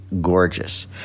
Gorgeous